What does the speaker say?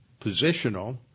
positional